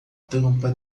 tampa